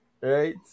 Right